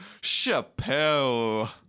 Chappelle